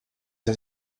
das